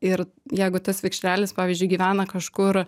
ir jeigu tas vikšrelis pavyzdžiui gyvena kažkur